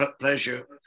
pleasure